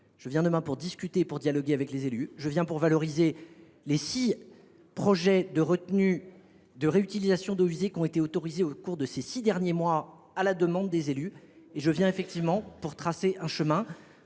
place demain pour discuter et pour dialoguer avec les élus. Je viens pour valoriser les six projets de retenue et de réutilisation d’eaux usées qui ont été autorisés au cours des six derniers mois à la demande des élus. Et je viens pour tracer un chemin.